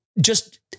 just-